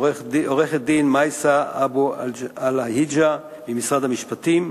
לעורכת-דין מייסא אבו אל-היג'א ממשרד המשפטים,